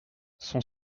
son